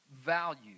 value